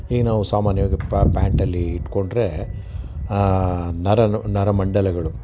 ಈಗ ನಾವು ಸಾಮಾನ್ಯವಾಗಿ ಪ್ಯಾಂಟಲ್ಲಿ ಇಟ್ಕೊಂಡ್ರೆ ನರ ನರಮಂಡಲಗಳು